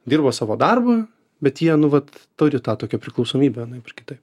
dirba savo darbą bet jie nu vat turi tą tokią priklausomybę anaip ar kitaip